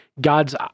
God's